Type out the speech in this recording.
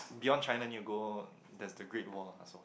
beyond China you go there's the Great Wall also